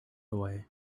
away